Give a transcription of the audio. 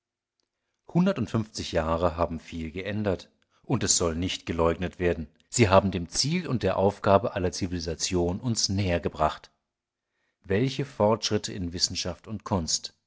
hundertundfünfzig jahre haben viel geändert und es soll nicht geleugnet werden sie haben dem ziel und der aufgabe aller zivilisation uns nähergebracht welche fortschritte in wissenschaft und kunst